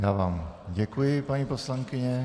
Já vám děkuji, paní poslankyně.